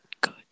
Good